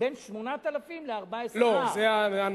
בין 8,000 ל-14,000 שקל, לא, זה ההורדה.